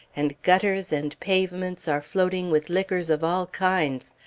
and gutters and pavements are floating with liquors of all kinds.